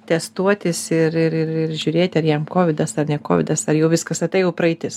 testuotis ir ir ir žiūrėti ar jam kovidas ar ne kovidas ar jau viskas ar tai jau praeitis